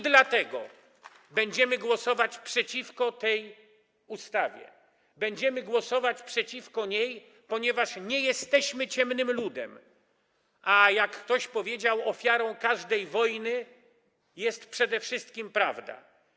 Dlatego będziemy głosować przeciwko tej ustawie, będziemy głosować przeciwko niej, ponieważ nie jesteśmy ciemnym ludem, a jak ktoś powiedział: ofiarą każdej wojny jest przede wszystkim prawda.